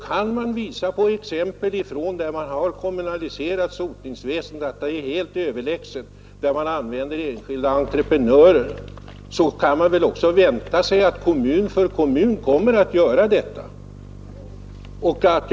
Kan man visa exempel på att sotningsväsendet där man kommunaliserat det är helt överlägset sotningsväsendet där man använder enskilda entreprenörer, kan man väl också vänta sig att kommun efter kommun kommer att kommunalisera sotningsväsendet.